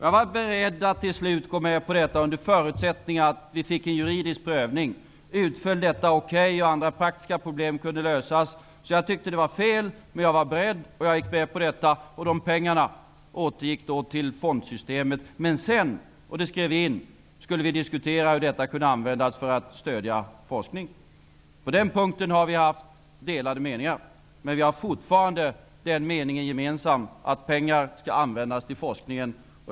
Jag var beredd att till slut gå med på detta under förutsättning att vi fick en juridisk prövning för att se hur det skulle utfalla och om andra praktiska problem kunde lösas. Jag tyckte att det var fel, men jag var beredd att gå med på detta. Pengarna återgick då till fondsystemet. Sedan skulle vi diskutera hur detta kunde användas till att stödja forskning, och det skrevs in i överenskommelsen. På den punkten har vi haft delade meningar, men vi har fortfarande den meningen gemensamt att pengar skall användas till forskningen.